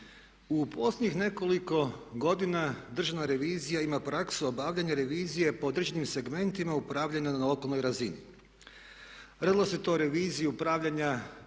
U posljednjih nekoliko godina Državna revizija ima prasku obavljanja revizije po određenim segmentima upravljanja na lokalnoj razini. Radilo se o toj reviziji upravljanja